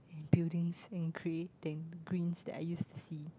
buildings and cray than greens that I used to see